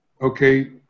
okay